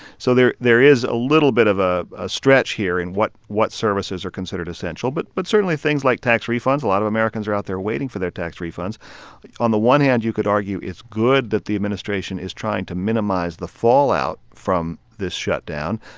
so there there is a little bit of ah a stretch here in what what services are considered essential. but but certainly, things like tax refunds a lot of americans are out there waiting for their tax refunds on the one hand, you could argue it's good that the administration is trying to minimize the fallout from this shutdown.